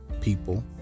people